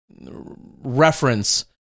reference